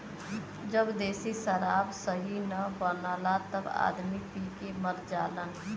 जब देशी शराब सही न बनला तब आदमी पी के मर जालन